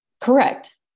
Correct